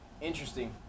Interesting